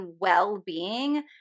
well-being